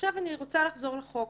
עכשיו אני רוצה לחזור לחוק.